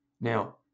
Now